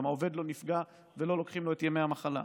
גם העובד לא נפגע ולא לוקחים לו את ימי המחלה.